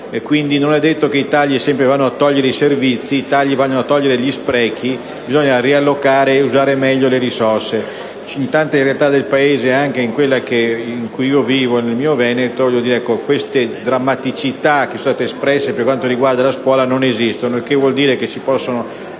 non è detto che i tagli vadano sempre a eliminare servizi: i tagli puntano ad eliminare gli sprechi, bisogna riallocare e usare meglio le risorse. In tante realtà del Paese, anche in quella in cui vivo, nel mio Veneto, queste drammaticità che sono state evidenziate per quanto riguarda la scuola non esistono, il che vuol dire che ci possono